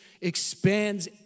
expands